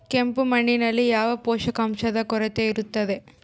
ಕೆಂಪು ಮಣ್ಣಿನಲ್ಲಿ ಯಾವ ಪೋಷಕಾಂಶದ ಕೊರತೆ ಇರುತ್ತದೆ?